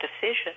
decision